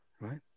right